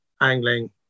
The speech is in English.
angling